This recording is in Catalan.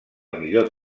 millor